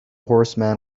horseman